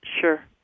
sure